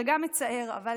זה גם מצער, אבל